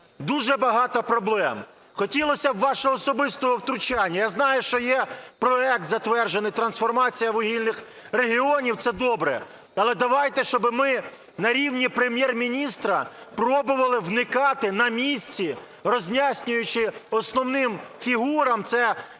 Дуже багато проблем. Хотілося б вашого особистого втручання. Я знаю, що є проект затверджений – трансформація вугільних регіонів, це добре. Але давайте, щоб ми на рівні Прем'єр-міністра пробували вникати на місці, роз'яснюючи основним фігурам (це керівники